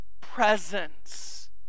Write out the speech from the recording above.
presence